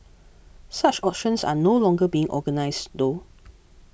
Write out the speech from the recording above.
such auctions are no longer being organised though